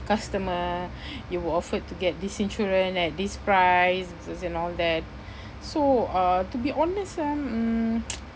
customer you were offered to get this insurance at this price and all that so uh to be honest ah mm